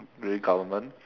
really government